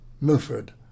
Milford